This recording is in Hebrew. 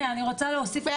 כן, אני רוצה להוסיף.